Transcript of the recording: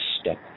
step